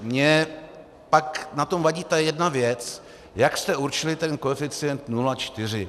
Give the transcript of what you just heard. Mně pak na tom vadí ta jedna věc, jak jste určili ten koeficient 0,4.